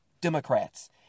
Democrats